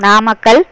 Namakkal